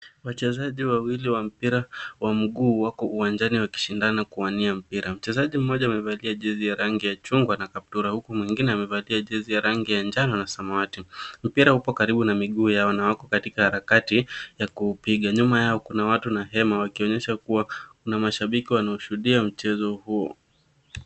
Wachezaji wawili wa mpira wa mguu wako uwanjani wakishindana kuwania mpira. Mchezaji mmoja amevalia jezi ya rangi ya chungwa na kaptura huku mwingine amevalia jezi ya rangi ya njano na samawati. Mpira upo karibu na miguu yao na wako katika harakati ya kuupiga. Nyuma yao kuna watu na hema wakionyesha kuwa kuna mashabiki wanaoshuhudia mchezo huo.